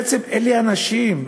בעצם אלה האנשים.